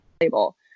label